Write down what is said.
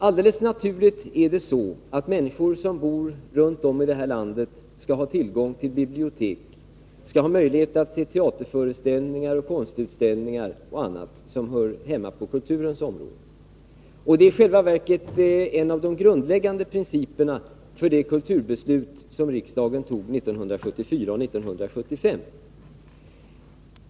Alldeles naturligt är det så att människor som bor runt om i det här landet skall ha tillgång till bibliotek och möjlighet att se teaterföreställningar, konstutställningar och annat som hör hemma på kulturens område. Det är i själva verket en av de grundläggande principerna för de kulturbeslut som riksdagen fattade 1974 och 1975.